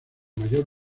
mayor